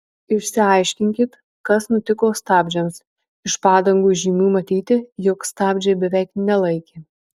išsiaiškinkit kas nutiko stabdžiams iš padangų žymių matyti jog stabdžiai beveik nelaikė